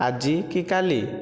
ଆଜି କି କାଲି